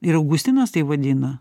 ir augustinas tai vadina